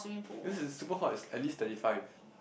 because is super hot is at least thirty five